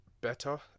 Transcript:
better